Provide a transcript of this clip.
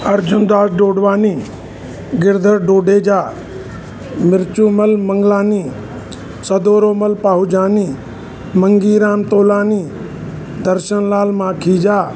Arjun Das Dodwani Girdhar Dodeja Mirchumal Manglani Sadoromal Pahojani Mangiram Tolani Darshanlal Makhija